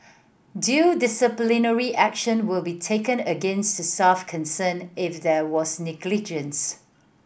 due disciplinary action will be taken against the staff concerned if there was negligence